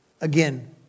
Again